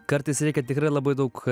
kartais reikia tikrai labai daug